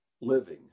living